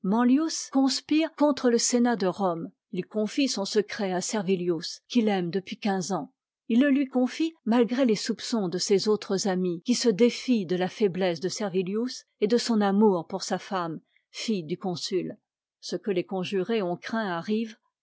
conspire contre le sénat de rome il confie son secret à servilius qu'il aime depuis quinze ans il le lui confie malgré les soupçons de ses autres amis qui se détient de la faiblesse de servilius et de son amour pour sa femme fille du consul ce que les conjurés ont craint arrive